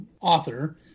author